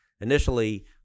initially